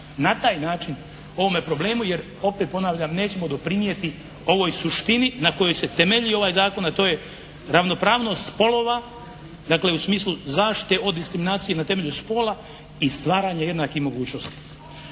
na taj način ovome problemu jer opet ponavljam nećemo doprinijeti ovoj suštini na kojoj se temeljio ovaj Zakon, a to je ravnopravnost spolova na kojem u smislu zaštite od diskriminacije na temelju spola i stvaranje jednakih mogućnosti.